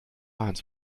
ans